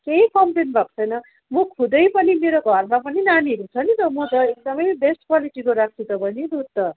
केही कमप्लेन भएको छैन म खुदै पनि मेरो घरमा पनि नानीहरू छन् नि त म त एकदमै बेस्ट क्वालिटीको राख्छु बहिनी दुध त